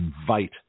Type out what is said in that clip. invite